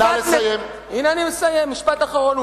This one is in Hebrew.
הנה אני מסיים, משפט אחרון.